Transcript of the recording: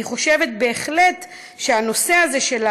אני חושבת בהחלט שהנושא הזה,